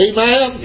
Amen